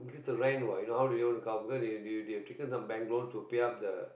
need to rent what if not how they want to cover because they they they have taken some bank loans to pay up the